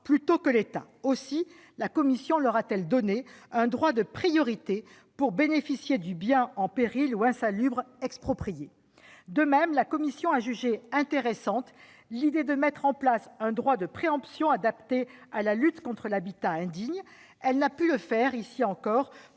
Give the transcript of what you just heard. Ça dépend ! Aussi la commission leur a-t-elle donné un droit de priorité pour bénéficier du bien en péril ou insalubre exproprié. De même, la commission a jugé intéressante l'idée de mettre en place un droit de préemption adapté à la lutte contre l'habitat indigne. Elle n'a pu pas le faire, là encore,